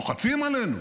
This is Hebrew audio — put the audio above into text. לוחצים עלינו,